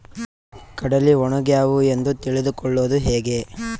ಕಡಲಿ ಒಣಗ್ಯಾವು ಎಂದು ತಿಳಿದು ಕೊಳ್ಳೋದು ಹೇಗೆ?